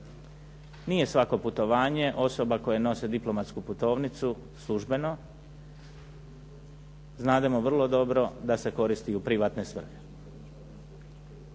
Nije svako putovanje osoba koje nose diplomatsku putovnicu službeno. Znademo vrlo dobro da se koristi i u privatne svrhe.